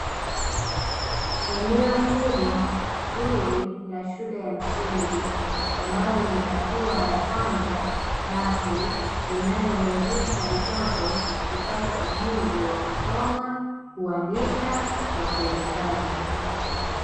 Eneo kubwa zuri la shule ya msingi, ambayo ni hatua ya kwanza rasmi, inayomuwezesha mtoto kupata ujuzi wa kusoma, kuandika, na kuhesabu.